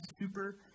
super